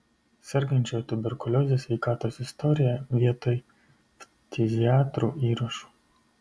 sergančiojo tuberkulioze sveikatos istoriją vietoj ftiziatrų įrašų